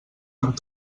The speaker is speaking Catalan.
amb